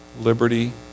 liberty